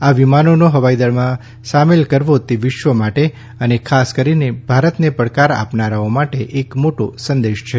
આ વિમાનોનો હવાઇદળમાં સામેલ કરવો તે વિશ્વ માટે ખાસ કરીને ભારતને પડકાર આપનારાઓ માટે એક મોટો સંદેશ છે